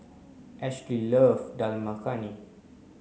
Ashely love Dal Makhani